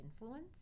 influence